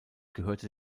gehörte